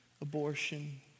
abortion